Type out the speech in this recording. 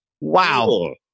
Wow